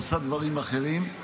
עושה דברים אחרים,